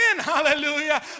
Hallelujah